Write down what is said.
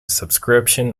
subscription